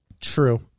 True